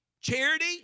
charity